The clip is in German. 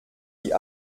die